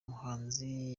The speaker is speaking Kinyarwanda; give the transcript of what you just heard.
muhanzi